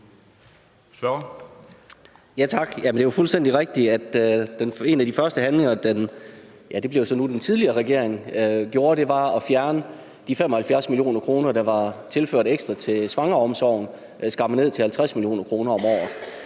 Det er jo fuldstændig rigtigt, at en af de første handlinger, den tidligere regering gjorde, var at fjerne de 75 mio. kr., der var tilført ekstra til svangreomsorgen og skrabe dem ned til 50 mio. kr. om året.